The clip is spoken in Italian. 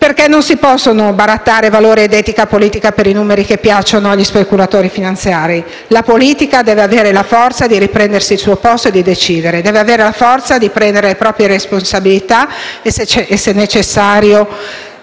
Non si possono barattare valori ed etica politica per i numeri che piacciono agli speculatori finanziari: la politica deve avere la forza di riprendersi il suo posto e di decidere, deve avere la forza di prendere le proprie responsabilità e, se è necessario,